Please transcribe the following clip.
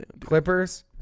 Clippers